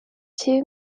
two